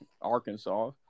Arkansas